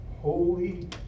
holy